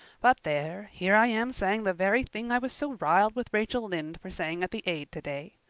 but there! here i am saying the very thing i was so riled with rachel lynde for saying at the aid today.